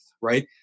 right